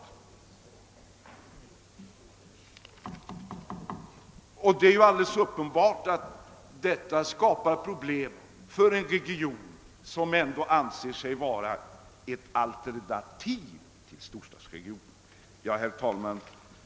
Det är uppenbart att detta skapar problem för en region som ändå anses vara ett alternativ till storstadsregionen. Herr talman!